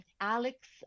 Alex